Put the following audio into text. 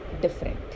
different